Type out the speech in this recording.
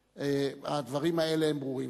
והדברים האלה ברורים.